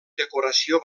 decoració